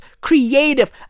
creative